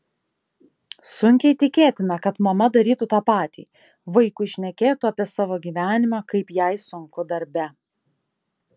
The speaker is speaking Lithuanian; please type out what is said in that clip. sunkiai tikėtina kad mama darytų tą patį vaikui šnekėtų apie savo gyvenimą kaip jai sunku darbe